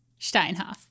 steinhoff